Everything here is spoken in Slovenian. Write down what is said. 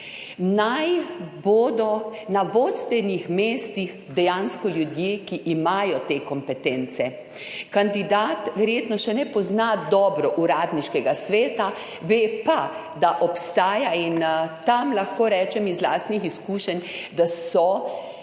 Naj bodo na vodstvenih mestih dejansko ljudje, ki imajo te kompetence. Kandidat verjetno še ne pozna dobro uradniškega sveta, ve pa, da obstaja in tam lahko rečem iz lastnih izkušenj, da so